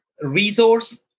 resource